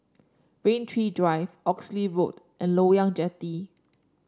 Rain Tree Drive Oxley Road and Loyang Jetty